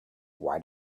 why